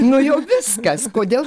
nu jau viskas kodėl